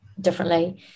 differently